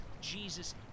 Jesus